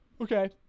okay